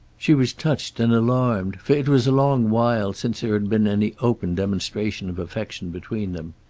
she was touched and alarmed, for it was a long while since there had been any open demonstration of affection between them.